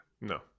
No